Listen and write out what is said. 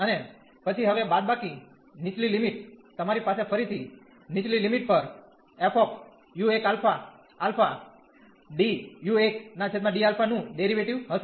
અને પછી હવે બાદબાકી નીચલી લિમિટ તમારી પાસે ફરીથી નીચલી લીમીટ પર નું ડેરીવેટીવ હશે